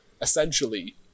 essentially